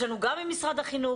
יש לנו גם ממשרד החינוך,